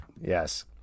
Yes